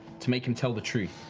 to make him tell the truth.